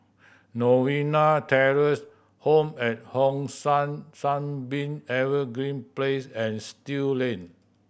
Novena Terrace Home at Hong San Sunbeam Evergreen Place and Still Lane